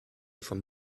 vom